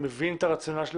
אני מבין את הרציונל.